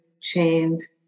chains